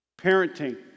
parenting